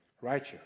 righteous